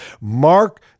Mark